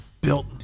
built